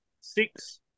six